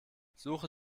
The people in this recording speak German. suche